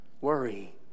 worry